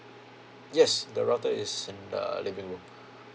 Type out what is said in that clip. yes the router is in the living room